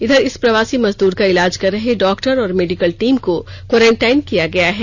इधर इस प्रवासी मजदूर का इलाज कर रहे डॉक्टर और मेडिकल टीम को क्वॉरेंटाइन किया गया है